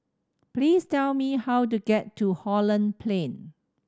please tell me how to get to Holland Plain